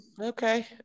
Okay